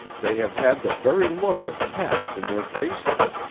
they have had the very look of cats in their faces.